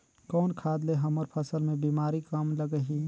कौन खाद ले हमर फसल मे बीमारी कम लगही?